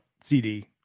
cd